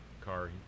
car –